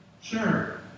Sure